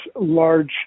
large